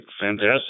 Fantastic